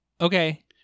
okay